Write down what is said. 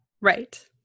Right